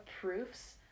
proofs